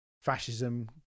fascism